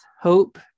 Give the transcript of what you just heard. hope